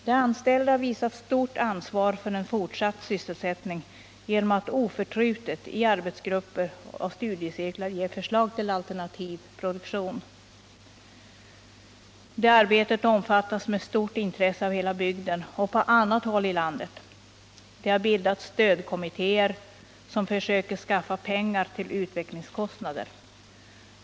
De anställda har visat stort ansvar för en fortsatt sysselsättning genom att oförtrutet i arbetsgrupper och studiecirklar ge förslag till alternativ produktion. Det arbetet omfattas med stort intresse av hela bygden och på annat håll i landet. Det har bildats stödkommittéer, som försöker skaffa pengar till utvecklingskostnader.